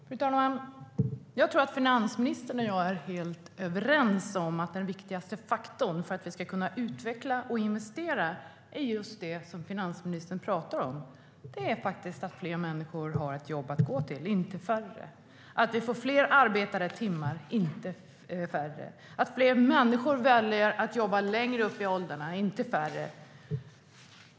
Fru talman! Jag tror att finansministern och jag är helt överens om att den viktigaste faktorn för att vi ska kunna utveckla och investera är just det som finansministern pratar om: att fler människor har ett jobb att gå till, inte färre, att vi får fler arbetade timmar, inte färre, och att fler människor väljer att jobba längre upp i åldrarna, inte färre.